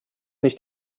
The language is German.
nicht